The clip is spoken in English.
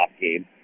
game